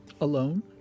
Alone